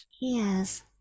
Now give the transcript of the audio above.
Yes